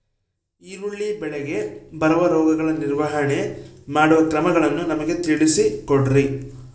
ಈರುಳ್ಳಿ ಬೆಳೆಗೆ ಬರುವ ರೋಗಗಳ ನಿರ್ವಹಣೆ ಮಾಡುವ ಕ್ರಮಗಳನ್ನು ನಮಗೆ ತಿಳಿಸಿ ಕೊಡ್ರಿ?